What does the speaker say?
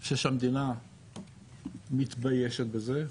אני חושב שהמדינה מתביישת בזה,